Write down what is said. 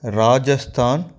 Rajasthan